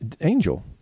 angel